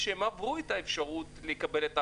שכבר עברו את האפשרות לקבל את ההכשרה.